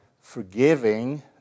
forgiving